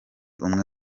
umwe